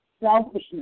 selfishness